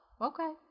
okay